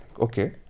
Okay